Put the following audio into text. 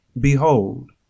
behold